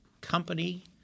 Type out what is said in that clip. Company